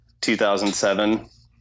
2007